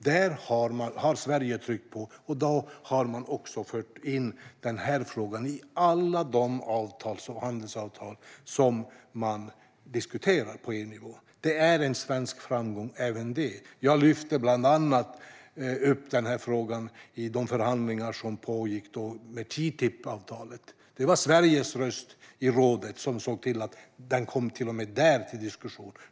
Där har Sverige tryckt på, och denna fråga har också förts in i alla de handelsavtal man diskuterar på EU-nivå. Även detta är en svensk framgång. Jag lyfte bland annat upp denna fråga i de förhandlingar som pågick om TTIP-avtalet. Det var Sveriges röst i rådet som såg till att frågan kom att diskuteras till och med där.